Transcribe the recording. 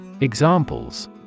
Examples